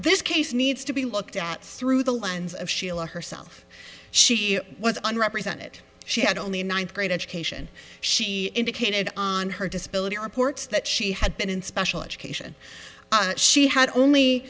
this case needs to be looked at through the lens of sheila herself she was under represented she had only a ninth grade education she indicated on her disability reports that she had been in special education she had only